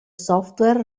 software